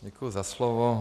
Děkuji za slovo.